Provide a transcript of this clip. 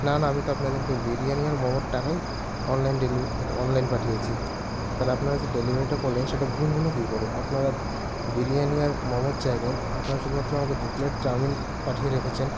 না না আমি তো আপনাদেরকে বিরিয়ানি আর মোমোর টাকাই অনলাইন অনলাইন পাঠিয়েছি তাহলে আপনারা যে ডেলিভারিটা করলেন সেটা ভুল হলো কী করে আপনারা বিরিয়ানি আর মোমোর জায়গায় আপনারা শুধুমাত্র আমাকে দু প্লেট চাউমিন পাঠিয়ে রেখেছেন